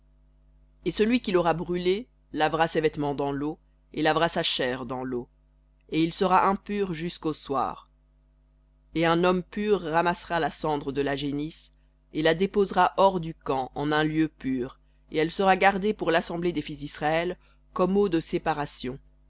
et celui qui l'aura brûlée lavera ses vêtements dans l'eau et lavera sa chair dans l'eau et il sera impur jusqu'au soir et un homme pur ramassera la cendre de la génisse et la déposera hors du camp en un lieu pur et elle sera gardée pour l'assemblée des fils d'israël comme eau de séparation